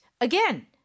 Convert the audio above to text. again